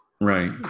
right